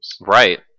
Right